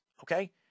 okay